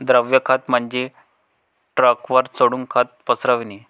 द्रव खत म्हणजे ट्रकवर चढून खत पसरविणे